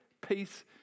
peace